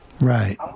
right